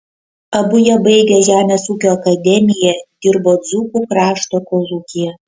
abu jie baigę žemės ūkio akademiją dirbo dzūkų krašto kolūkyje